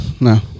no